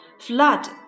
Flood